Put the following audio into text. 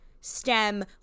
stem